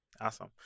Awesome